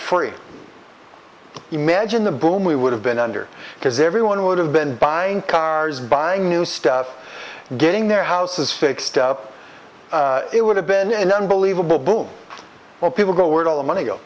free imagine the boom we would have been under because everyone would have been buying cars buying new stuff getting their houses fixed it would have been an unbelievable boom or people go would all the money go